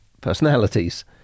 personalities